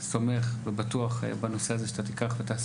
אני סומך ובטוח בנושא הזה שאתה תיקח ותעשה